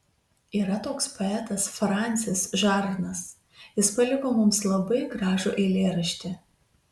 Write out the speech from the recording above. yra toks poetas fransis žarnas jis paliko mums labai gražų eilėraštį